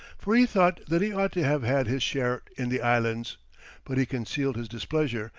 for he thought that he ought to have had his share in the islands but he concealed his displeasure,